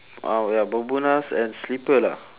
uh wear bermudas and slipper lah